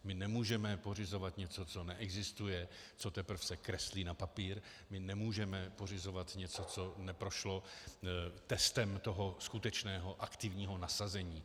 My nemůžeme pořizovat něco, co neexistuje, co se teprve kreslí na papír, my nemůžeme pořizovat něco, co neprošlo testem skutečného aktivního nasazení.